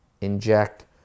inject